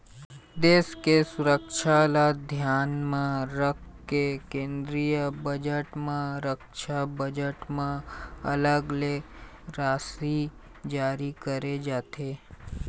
देश के सुरक्छा ल धियान म राखके केंद्रीय बजट म रक्छा बजट म अलग ले राशि जारी करे जाथे